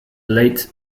late